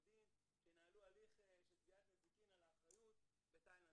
דין שינהלו הליך של תביעת נזיקין על האחריות בתאילנד,